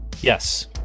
Yes